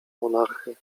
monarchy